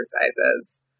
exercises